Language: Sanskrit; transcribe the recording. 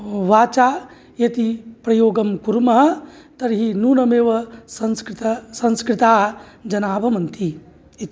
वाचा यदि प्रयोगं कुर्मः तर्हि न्यूनमेव संस्कृत संस्कृताः जनाः भवन्ति इति